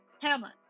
Hamlet